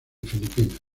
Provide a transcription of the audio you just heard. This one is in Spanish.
filipinas